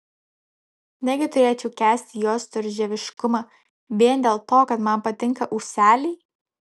negi turėčiau kęsti jo storžieviškumą vien dėl to kad man patinka ūseliai